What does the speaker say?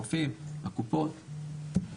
בפנינו.